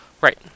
Right